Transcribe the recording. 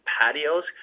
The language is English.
patios